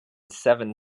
seven